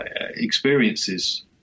Experiences